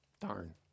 Darn